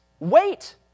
Wait